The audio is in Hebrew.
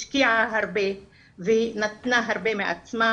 השקיעה הרבה והיא נתנה הרבה מעצמה,